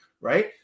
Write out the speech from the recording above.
right